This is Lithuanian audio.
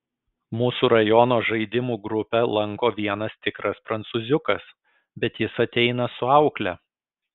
mūsų rajono žaidimų grupę lanko vienas tikras prancūziukas bet jis ateina su aukle